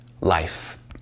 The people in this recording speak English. life